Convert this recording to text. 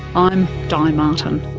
i'm di martin